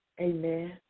Amen